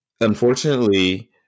unfortunately